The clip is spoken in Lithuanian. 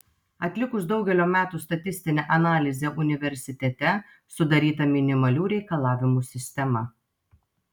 atlikus daugelio metų statistinę analizę universitete sudaryta minimalių reikalavimų sistema